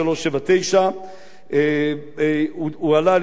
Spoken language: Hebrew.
הוא הועלה על-יד חברי הכנסת אלדד,